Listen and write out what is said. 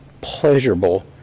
pleasurable